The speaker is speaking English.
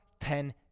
ten